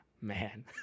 man